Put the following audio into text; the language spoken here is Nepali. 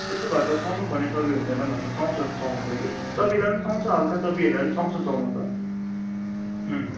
त्यसो भए त सुहाउनुपर्ने चबी हुँदैन भने त सुहाउँछ सुहाउनु त कि चबीलाई नि सुहाउँछ हल्का चबीहरूलाई नि सुहाउँछ सुहाउनु त उम्